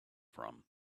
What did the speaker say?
from